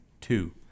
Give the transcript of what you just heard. Two